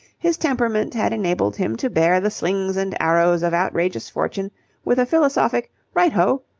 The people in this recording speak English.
his temperament had enabled him to bear the slings and arrows of outrageous fortune with a philosophic right ho!